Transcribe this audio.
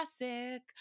Classic